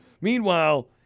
Meanwhile